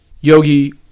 Yogi